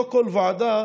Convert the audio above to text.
לא כל ועדה